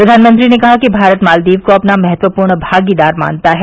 प्रधानमंत्री ने कहा कि भारत मालदीव को अपना महत्वपूर्ण भागीदार मानता है